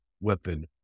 Weapon